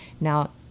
Now